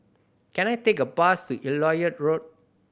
can I take a bus to Elliot Road